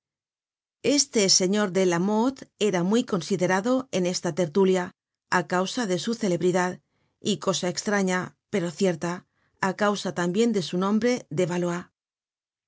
este señor de lamothe era muy considerado en esta tertulia á causa de su celebridad y cosa estraña pero cierta á causa tambien de su nombre